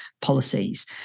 policies